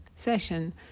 session